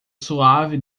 suave